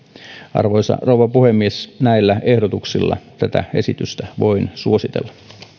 arvoisa rouva puhemies näillä ehdotuksilla tätä esitystä voin suositella